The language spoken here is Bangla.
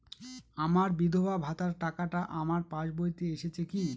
আমার বিধবা ভাতার টাকাটা আমার পাসবইতে এসেছে কি?